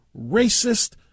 racist